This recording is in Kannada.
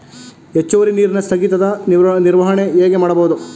ಹೆಚ್ಚುವರಿ ನೀರಿನ ಸ್ಥಗಿತದ ನಿರ್ವಹಣೆ ಹೇಗೆ ಮಾಡಬಹುದು?